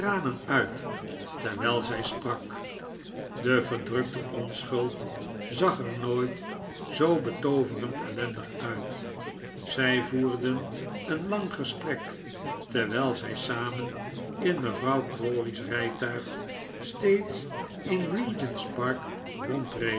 uit terwijl zij sprak de verdrukte onschuld zag er nooit zoo betooverend ellendig uit zij voerden een lang gesprek terwijl zij samen in mevrouw crawley's rijtuig steeds in regent's park rondreden